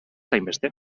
hainbeste